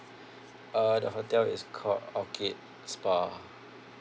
uh the hotel is called orchid spa